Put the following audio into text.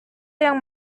yang